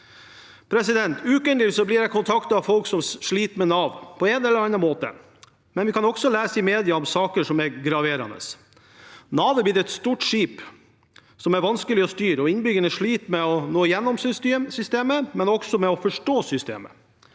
Ukentlig blir jeg kontaktet av folk som sliter med Nav, på en eller annen måte. Vi kan også lese i media om saker som er graverende. Nav er blitt et stort skip som er vanskelig å styre. Innbyggerne sliter med å nå gjennom systemet, men også med å forstå systemet.